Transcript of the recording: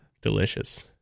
delicious